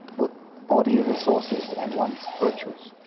but body resources and one's virtues